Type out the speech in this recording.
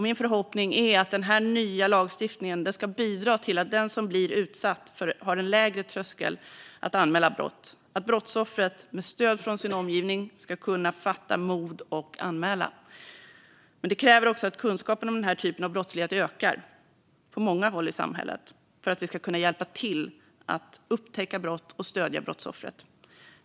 Min förhoppning är att den här nya lagstiftningen ska bidra till att den som blir utsatt har en lägre tröskel för att anmäla brott - att brottsoffret, med stöd från sin omgivning, ska kunna fatta mod och anmäla. Men för att vi ska kunna hjälpa till att upptäcka brott och stödja brottsoffret krävs att kunskapen om denna typ av brottslighet ökar på många håll i samhället.